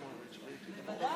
נתקבלה.